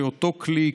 שאותו כלי,